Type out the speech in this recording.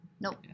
Nope